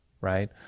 right